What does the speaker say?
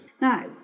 Now